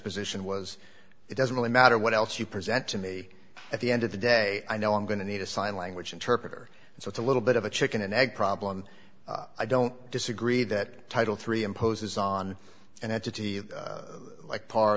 position was it doesn't really matter what else you present to me at the end of the day i know i'm going to need a sign language interpreter and so it's a little bit of a chicken and egg problem i don't disagree that title three imposes on an entity like part